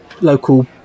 local